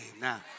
now